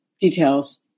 details